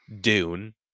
Dune